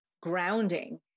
grounding